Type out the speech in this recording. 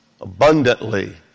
abundantly